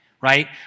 right